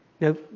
Now